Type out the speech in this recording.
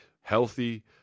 healthy